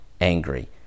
angry